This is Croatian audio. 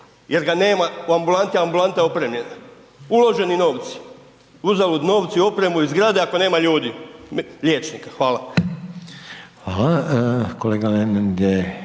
Jer ga nema u ambulanti, ambulanta je opremljena, uloženi novci, uzalud novci, oprema i zgrade ako nema ljudi, liječnika. Hvala. **Reiner,